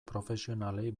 profesionalei